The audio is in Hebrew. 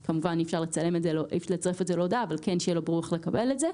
כמובן אי אפשר לצרף את זה להודעה אבל שיהיה לו ברור איך לקבל את זה.